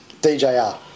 DJR